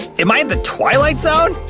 am i in the twilight zone?